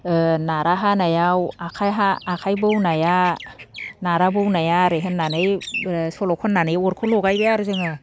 ओ नारा हानायाव आखाइ हा आखाइ बौनाया नारा बौनाया ओरै होननानै ओ सल' खननानै अरखौ लगायबाय आरो जोङो